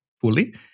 fully